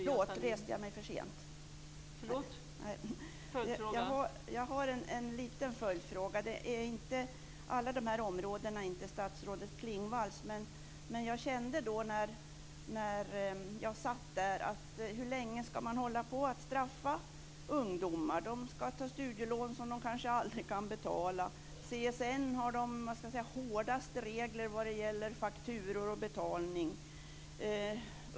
Fru talman! Jag har en liten följdfråga. Alla dessa områden är inte statsrådet Klingvalls. När jag satt där undrade jag hur länge man skall straffa ungdomar. De skall ta studielån som de kanske aldrig kan betala. CSN har de hårdaste regler man kan tänka sig när det gäller fakturor och betalning.